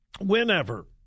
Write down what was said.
whenever